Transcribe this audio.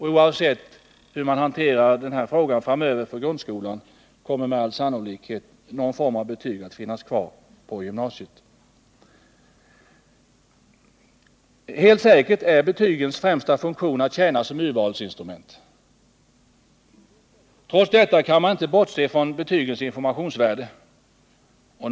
Helt säkert är betygens främsta funktion att tjäna som instrument för urval till högre studier. Trots detta kan man inte bortse från betygens informationsvärde.